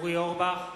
אורי אורבך,